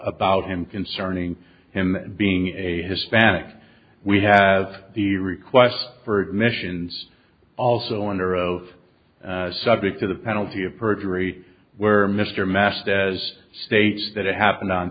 about him concerning him being a hispanic we have the request for admissions also under oath subject to the penalty of perjury where mr massed as states that it happened on